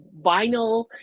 vinyl